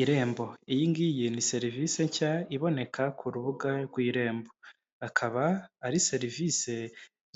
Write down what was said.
Irembo. Iyi ngiyi ni serivise nshya iboneka ku rubuga rw'irembo. Akaba ari serivisi